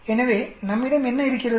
எனவே நம்மிடம் என்ன இருக்கிறது